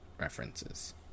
references